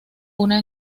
una